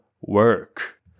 work